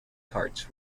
carts